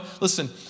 Listen